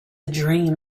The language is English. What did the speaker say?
dream